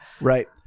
Right